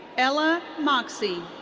ella moxcey.